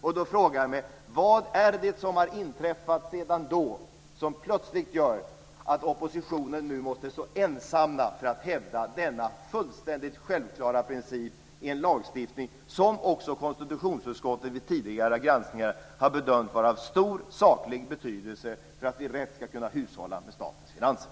Jag frågar mig vad som har inträffat sedan dess, som plötsligt gör att oppositionen nu måste stå ensam och hävda denna fullständigt självklara princip, i en lagstiftning som konstitutionsutskottet vid tidigare granskningar har bedömt vara av stor saklig betydelse för att vi rätt ska kunna hushålla med statens finanser.